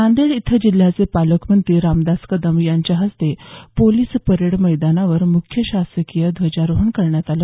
नांदेड इथं जिल्ह्याचे पालकमंत्री रामदास कदम यांच्या हस्ते पोलिस परेड मैदानावर मुख्य शासकीय ध्वजारोहण करण्यात आलं